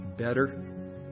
Better